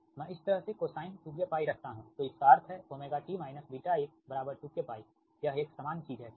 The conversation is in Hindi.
मैं इस तरह से cos2kπरखता हूं तो इसका अर्थ है ωt βx 2kπ यह एक सामान्य चीज है ठीक